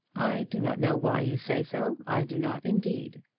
i do not know why you say so i do not indeed.